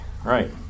Right